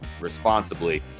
responsibly